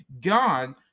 God